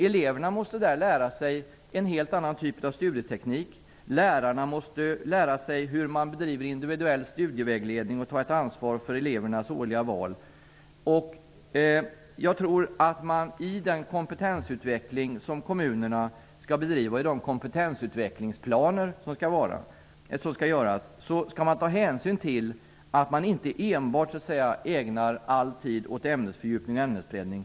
Eleverna måste lära sig en helt annan typ av studieteknik, lärarna måste lära sig hur man bedriver individuell studievägledning och tar ansvar för elevernas årliga val. Jag tror att man i den kompetensutveckling som kommunerna skall bedriva i de kompetensutvecklingsplaner som skall göras, skall ta hänsyn till att inte enbart ägna all tid åt ämnesfördjupning och ämnesprövning.